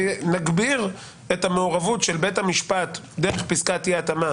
נגביר את המעורבות של בית המשפט דרך פסקת אי ההתאמה